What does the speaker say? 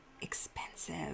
expensive